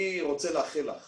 אני רוצה לאחל לך